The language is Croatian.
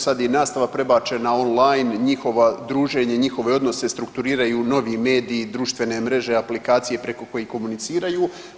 Sad je i nastava prebačena on-line, njihovo druženje, njihove odnose strukturiraju novi mediji, društvene mreže, aplikacije preko kojih komuniciraju.